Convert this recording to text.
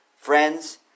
Friends